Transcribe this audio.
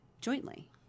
jointly